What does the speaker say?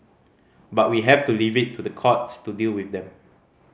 but we have to leave it to the courts to deal with them